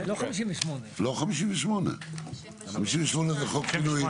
58 זה חוק פינוי בינוי.